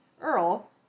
earl